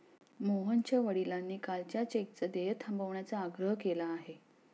मोहनच्या वडिलांनी कालच्या चेकचं देय थांबवण्याचा आग्रह केला आहे